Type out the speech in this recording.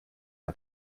man